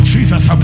Jesus